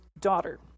daughter